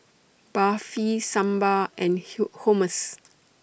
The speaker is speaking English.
Barfi Sambar and Hummus